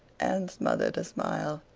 anne smothered a smile.